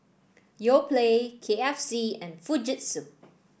Yoplait K F C and Fujitsu